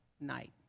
night